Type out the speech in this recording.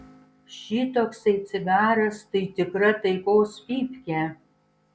šitoksai cigaras tai tikra taikos pypkė